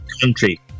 country